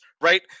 right